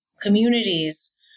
communities